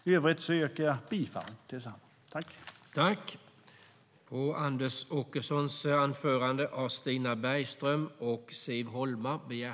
I övrigt yrkar jag bifall till förslaget i betänkandet.